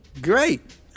Great